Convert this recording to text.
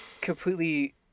completely